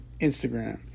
Instagram